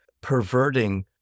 perverting